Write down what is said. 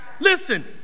Listen